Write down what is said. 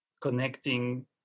connecting